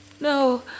no